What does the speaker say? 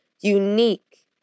unique